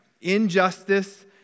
Injustice